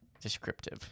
descriptive